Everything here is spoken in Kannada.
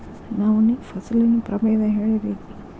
ನವಣಿ ಫಸಲಿನ ಪ್ರಭೇದ ಹೇಳಿರಿ